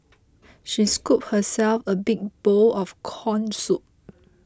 she scooped herself a big bowl of Corn Soup